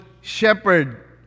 shepherd